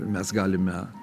mes galime